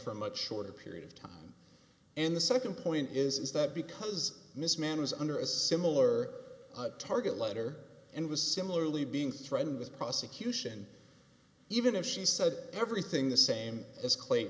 for much shorter period of time and the second point is is that because miss manners under a similar target letter and was similarly being threatened with prosecution even if she said everything the same as cla